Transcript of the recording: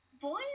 Boy